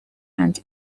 and